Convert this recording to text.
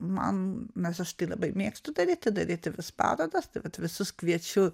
man nes aš tai labai mėgstu daryti daryti vis parodas tai vat visus kviečiu